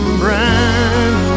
brand